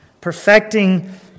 perfecting